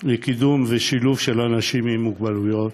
לקידום ושילוב של אנשים עם מוגבלויות